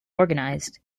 organized